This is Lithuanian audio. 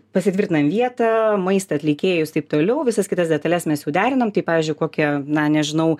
pasitvirtinam vietą maistą atlikėjus taip toliau visas kitas detales mes jau derinam tai pavyzdžiui kokią na nežinau